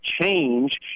change